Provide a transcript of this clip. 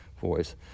voice